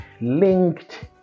linked